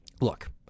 look